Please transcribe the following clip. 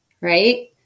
right